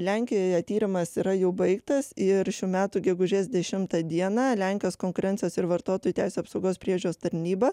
lenkijoje tyrimas yra jau baigtas ir šių metų gegužės dešimtą dieną lenkijos konkurencijos ir vartotojų teisių apsaugos priežiūros tarnyba